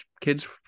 kid's